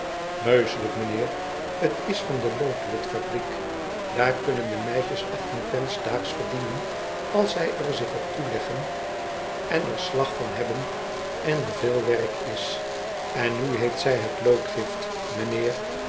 heuschelijk mijnheer t is van de loodwitfabriek daar kunnen de meisjes achttien penoe s daags verdienen als zij er zich op toeleggen en er slag van hebben en er veel werk is en nu heeft zij het loodgift mijnheer